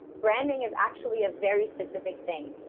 branding is actually a very specific thing.